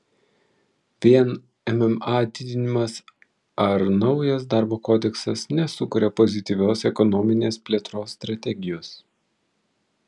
vien mma didinimas ar naujas darbo kodeksas nesukuria pozityvios ekonominės plėtros strategijos